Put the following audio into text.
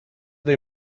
they